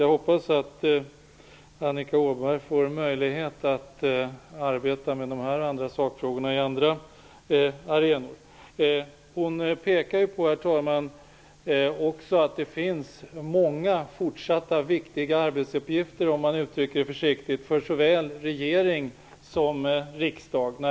Jag hoppas att Annika Åhnberg får möjlighet att arbeta med denna fråga och andra sakfrågor på andra arenor. Herr talman! Annika Åhnberg pekar också på att det finns många viktiga fortsatta arbetsuppgifter, om man uttrycker det försiktigt, för såväl regering som riksdag.